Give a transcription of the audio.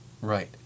Right